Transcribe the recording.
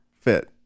fit